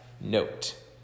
note